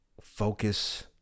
Focus